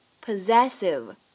possessive